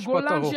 לגולן,